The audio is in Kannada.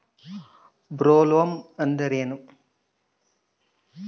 ಬೊಲ್ವರ್ಮ್ ಅಂದ್ರೇನು?